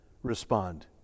Respond